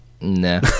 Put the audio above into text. nah